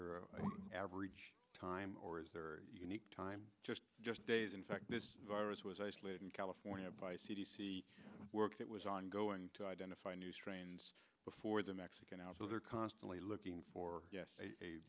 the average time or is there unique time just just days in fact this virus was isolated in california by c d c work that was ongoing to identify new strains before the mexican now so they're constantly looking for yes a